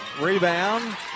Rebound